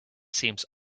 seems